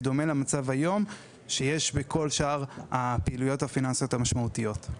בדומה למצב שקיים היום בכל שאר הפעילויות הפיננסיות המשמעותיות.